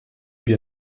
wir